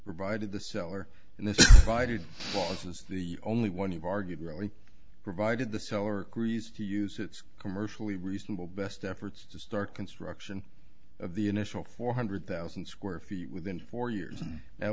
provided the seller and the fighting force is the only one you've argued really provided the seller griese to use it's commercially reasonable best efforts to start construction of the initial four hundred thousand square feet within four years